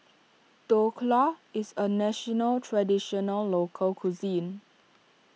Dhokla is a Traditional Local Cuisine